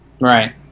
Right